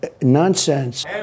Nonsense